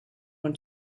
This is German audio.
und